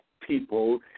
people